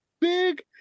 Big